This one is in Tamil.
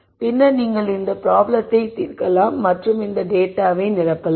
பின்னர் நீங்கள் இந்த ப்ராப்ளத்தை தீர்க்கலாம் மற்றும் இந்த டேட்டாவை நிரப்பலாம்